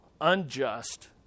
unjust